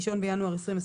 1 בינואר 2023"